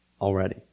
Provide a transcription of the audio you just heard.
already